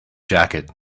jacket